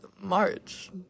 March